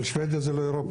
אבל שבדיה זה לא אירופה.